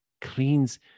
cleans